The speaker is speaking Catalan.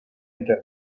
entén